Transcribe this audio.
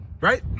Right